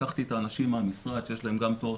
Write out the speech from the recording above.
לקחתי את האנשים מהמשרד שיש להם גם תואר